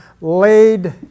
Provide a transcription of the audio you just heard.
laid